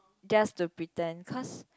just to pretend cause